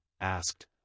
asked